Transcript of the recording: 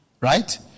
right